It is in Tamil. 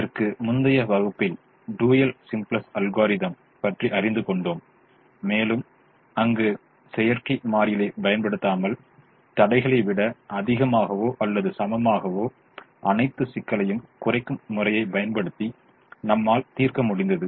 இதற்கு முந்தய வகுப்பில் டூயல் சிம்ப்ளக்ஸ் அல்கோரிதம் பற்றி அறிந்து கொண்டோம் மேலும் அங்கு செயற்கை மாறிகளைப் பயன்படுத்தாமல் தடைகளை விட அதிகமாகவோ அல்லது சமமாகவோ அனைத்தை சிக்கலையும் குறைக்கும் முறையை பயன்படுத்தி நம்மால் திர்க முடிந்தது